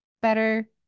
better